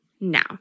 now